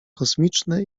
komiczne